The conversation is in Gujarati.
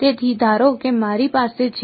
તેથી ધારો કે મારી પાસે છે